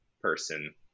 person